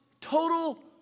total